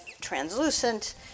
translucent